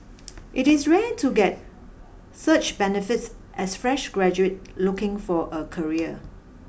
it is rare to get such benefits as fresh graduate looking for a career